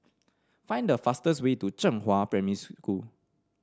find the fastest way to Zhenghua Primary School